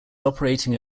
operating